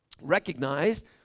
recognized